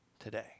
today